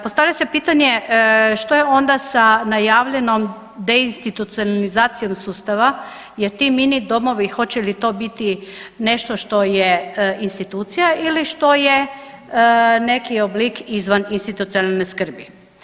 Postavlja se pitanje što je onda sa najavljenom deinstitucionalizacijom sustava jer ti mini domovi hoće li to biti nešto što je institucija ili što je neki oblik izvaninstitucionalne skrbi.